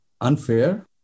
unfair